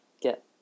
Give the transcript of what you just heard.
get